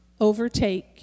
overtake